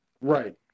right